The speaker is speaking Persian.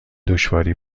دشواری